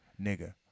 Nigga